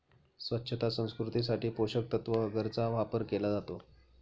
स्वच्छता संस्कृतीसाठी पोषकतत्त्व अगरचा वापर केला जातो